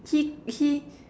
he he